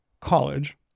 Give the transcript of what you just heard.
college